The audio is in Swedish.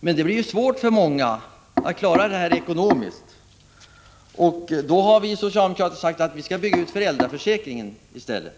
Men det blir svårt för många att klara det ekonomiskt, och då har vi socialdemokrater sagt att vi skall bygga ut föräldraförsäkringen i stället.